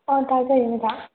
ꯑꯥ ꯇꯥꯖꯩꯌꯦ ꯃꯦꯗꯥꯝ